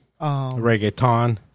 reggaeton